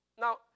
Now